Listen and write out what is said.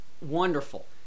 Wonderful